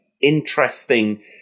interesting